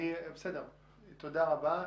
תודה רבה.